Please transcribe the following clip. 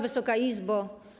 Wysoka Izbo!